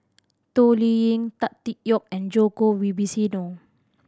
Toh Liying Tan Tee Yoke and Djoko Wibisono